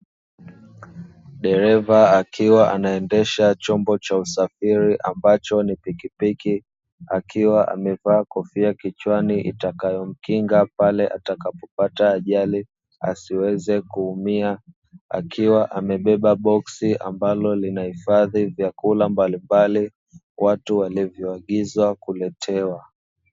Dereva akiwa anaendesha chombo cha usafiri ambacho ni pikipiki, akiwa amevaa kofia kichwani itakayomkinga pale atakapopata ajali asiweze kuumia, akiwa amebeba boksi ambalo linahifadhi vyakula mbalimbali watu walivyoagiza kuletewa.